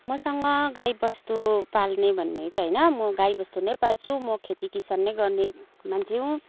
मसँग गाई बास्तु पाल्ने भन्ने चाहिँ होइन म गाई बस्तु नै पाल्छु म खेती किसान नै गर्ने मान्छे हुँ